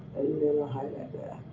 little highlight